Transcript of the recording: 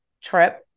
trip